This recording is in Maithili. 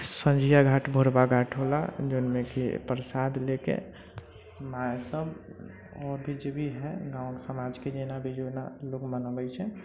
सँझिया घाट भोरबा घाट होला जोनमेकि प्रसाद लेके मायसभ आओर भी जे भी हइ गाम समाजके जेना भी जौन लोग मनबै छै